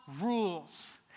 rules